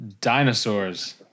dinosaurs